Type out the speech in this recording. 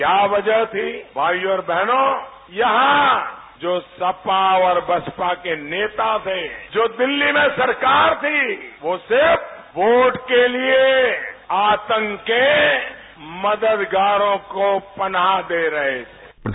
क्या वजह थी कि भाइयों और बहनों यहां जो सपा और बसपा के नेता थे जो दिल्ली में सरकार थी वह सिर्फ वोट के लिये आतंक के मददगारों को पनाह दे रही थी